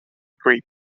grip